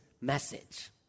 message